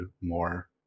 more